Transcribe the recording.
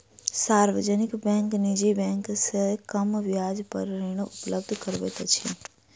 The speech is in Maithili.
सार्वजनिक बैंक निजी बैंक से कम ब्याज पर ऋण उपलब्ध करबैत अछि